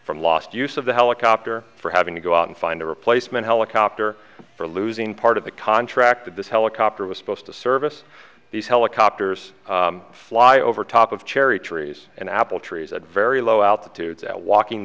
from lost use of the helicopter for having to go out and find a replacement helicopter for losing part of the contract that this helicopter was supposed to service these helicopters fly over top of cherry trees and apple trees very low altitudes at walking